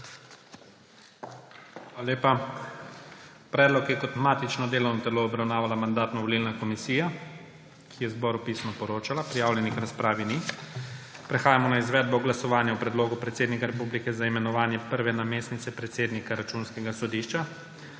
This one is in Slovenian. Hvala lepa. Predlog je kot matično delovno telo obravnavala Mandatno-volilna komisija, ki je zboru pisno poročala. Prijavljenih k razpravi ni. Prehajamo na izvedbo glasovanja o predlogu predsednika republike za imenovanje prve namestnice predsednika Računskega sodišča.